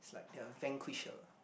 it's like their vanquish